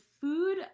food